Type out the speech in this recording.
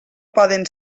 poden